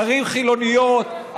ערים חילוניות,